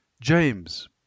James